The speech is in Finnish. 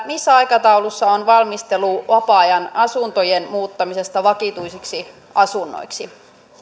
missä aikataulussa on valmistelu vapaa ajanasuntojen muuttamisesta vakituisiksi asunnoiksi